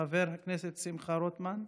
חבר הכנסת שמחה רוטמן,